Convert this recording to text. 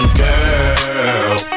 girl